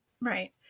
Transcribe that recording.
Right